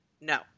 no